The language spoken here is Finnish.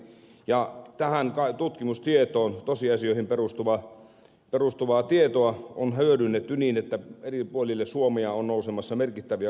ja tähän tutkimustietoon tosiasioihin perustuvaa tietoa on hyödynnetty niin että eri puolille suomea on nousemassa merkittäviä kaivoshankkeita